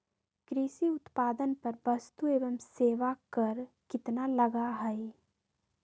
कृषि उत्पादन पर वस्तु एवं सेवा कर कितना लगा हई?